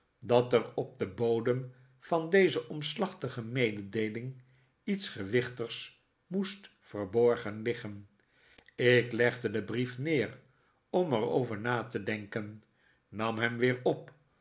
dat er op den bodem van deze omslachtige mededeeling iets gewichtigs moest verborgen liggen ik legde den brief neer om er over na te denken nam hem weer op